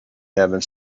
having